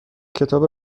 کتاب